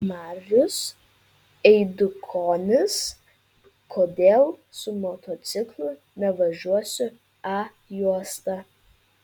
marius eidukonis kodėl su motociklu nevažiuosiu a juosta